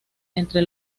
entre